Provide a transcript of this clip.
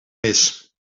mis